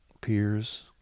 peers